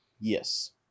yes